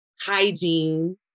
hygiene